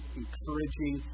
encouraging